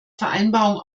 vereinbarung